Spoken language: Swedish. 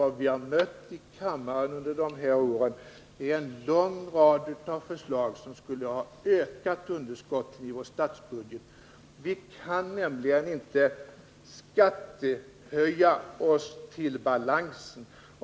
Vad vi har mött i kammaren under de här åren är en lång rad av förslag som skulle ha ökat underskotten i vår statsbudget. Vi kan nämligen inte skattehöja oss till balansen.